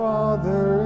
Father